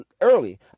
early